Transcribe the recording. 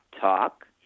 talk